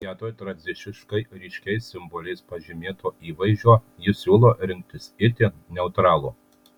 vietoj tradiciškai ryškiais simboliais pažymėto įvaizdžio ji siūlo rinktis itin neutralų